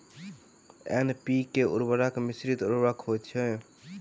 NPK उर्वरक मिश्रित उर्वरक होइत छै